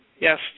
Yes